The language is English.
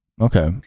Okay